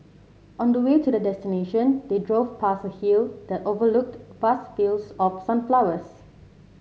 on the way to their destination they drove past a hill that overlooked vast fields of sunflowers